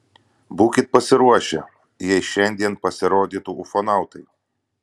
būkit pasiruošę jei šiandien pasirodytų ufonautai